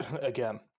again